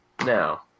Now